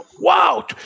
wow